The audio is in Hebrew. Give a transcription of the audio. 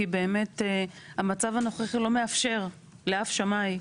כי באמת המצב הנוכחי לא מאפשר לאף שמאי.